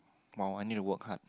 oh I need work hard